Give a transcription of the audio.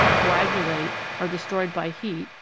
coagulate, are destroyed by heat,